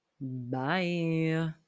Bye